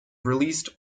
released